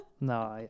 No